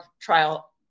trial